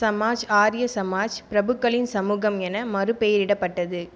சமாஜ் ஆர்ய சமாஜ் பிரபுக்களின் சமூகம் என மறுபெயரிடப்பட்டது